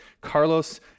Carlos